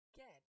get